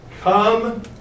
come